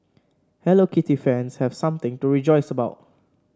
Hello Kitty fans have something to rejoice about